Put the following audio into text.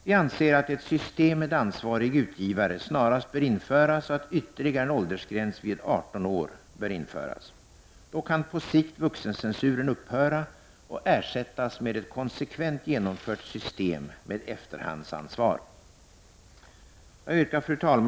Vi anser att ett system med ansvarig utgivare snarast bör införas och att ytterligare en åldersgräns vid 18 år bör införas. Då kan på sikt vuxencensuren upphöra och ersättas med ett konsekvent genomfört system med efterhandsansvar. Fru talman!